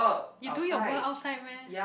you do your work outside meh